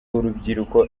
urubyiruko